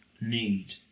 need